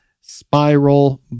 spiral